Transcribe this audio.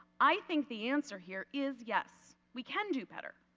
i think the answer here is yes. we can do better.